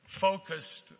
focused